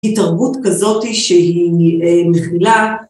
התרבות כזאת שהיא מכילה.